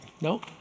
Nope